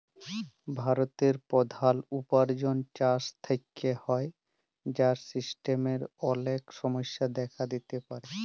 ভারতের প্রধাল উপার্জন চাষ থেক্যে হ্যয়, যার সিস্টেমের অলেক সমস্যা দেখা দিতে পারে